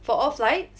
for all flights